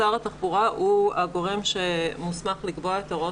שר התחבורה הוא הגורם שמוסמך לקבוע את ההוראות